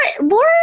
Laura